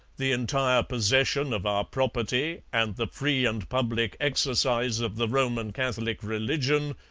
the entire possession of our property and the free and public exercise of the roman catholic religion,